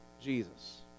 Jesus